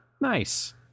Nice